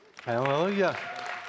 Hallelujah